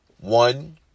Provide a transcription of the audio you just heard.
One